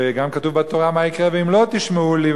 וגם כתוב בתורה מה יקרה "ואם לא תשמעו לי,